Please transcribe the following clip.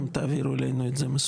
אם תעבירו את זה אלינו מסודר,